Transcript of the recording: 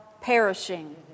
perishing